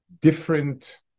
different